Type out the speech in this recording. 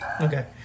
Okay